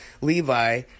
Levi